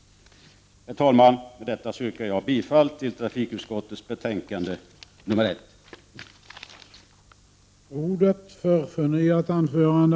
Herr talman! Med detta yrkar jag bifall till hemställan i trafikutskottets betänkande nr 1.